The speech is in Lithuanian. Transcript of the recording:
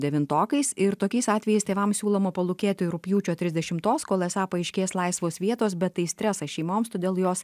devintokais ir tokiais atvejais tėvams siūloma palūkėti rugpjūčio trisdešimtos kol esą paaiškės laisvos vietos bet tai stresas šeimoms todėl jos